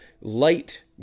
light